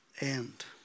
end